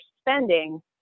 spending